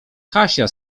kasia